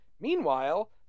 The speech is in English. Meanwhile